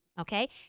okay